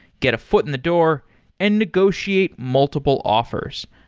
get a foot in the door and negotiate multiple offers.